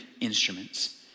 instruments